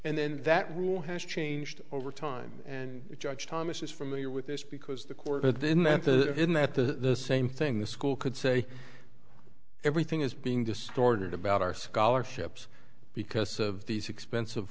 and then that rule has changed over time and judge thomas is familiar with this because the court had then that the in that the same thing the school could say everything is being distorted about our scholarships because of these expensive